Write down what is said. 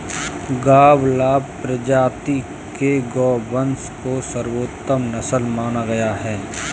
गावलाव प्रजाति के गोवंश को सर्वोत्तम नस्ल माना गया है